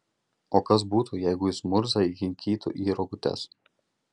o kas būtų jeigu jis murzą įkinkytų į rogutes